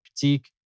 critique